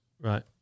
Right